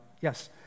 Yes